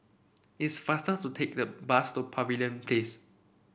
it's faster to take the bus to Pavilion Place